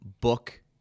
book